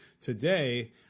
today